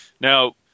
Now